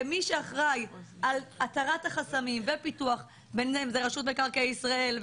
ומי שאחראי על התרת החסמים ופיתוח ביניהם זו רשות מקרקעי ישראל,